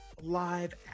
live